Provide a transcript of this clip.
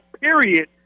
period